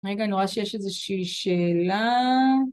רגע, אני רואה שיש איזושהי שאלה